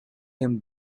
him